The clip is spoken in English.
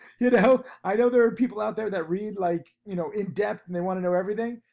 you know, i know there are people out there that read like, you know, in depth, and they wanna know everything.